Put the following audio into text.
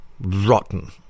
Rotten